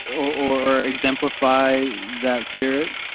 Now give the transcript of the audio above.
or or exemplify that spirit?